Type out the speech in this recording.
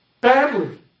Badly